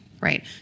right